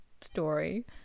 story